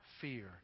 fear